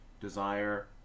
desire